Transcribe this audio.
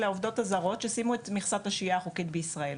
לעובדות הזרות שסיימו את מכסת השהייה החוקית שלהן בישראל.